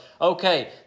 okay